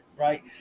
right